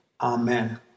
Amen